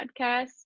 podcast